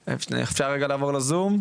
בזום,